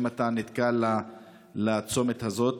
אם אתה נקלע לצומת הזה.